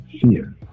fear